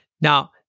Now